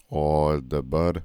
o dabar